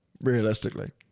Realistically